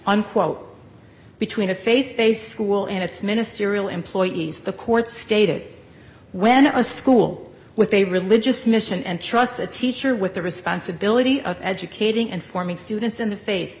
unquote between a faith based school and its ministerial employees the court stated when a school with a religious mission and trust a teacher with the responsibility of educating and forming students in the fa